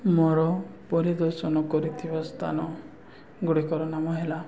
ମୋର ପରିଦର୍ଶନ କରିଥିବା ସ୍ଥାନଗୁଡ଼ିକର ନାମ ହେଲା